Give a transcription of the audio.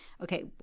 okay